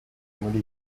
muri